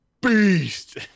beast